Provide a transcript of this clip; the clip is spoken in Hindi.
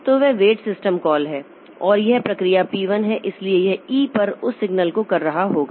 तो वह वेट सिस्टम कॉल है और यह प्रक्रिया p 1 है इसलिए यह ई पर उस सिग्नल को कर रहा होगा